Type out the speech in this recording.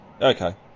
Okay